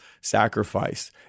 sacrifice